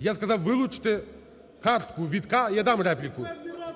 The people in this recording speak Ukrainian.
я сказав вилучити картку Вітка… Я дам репліку.